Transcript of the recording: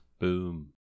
boom